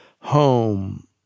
Home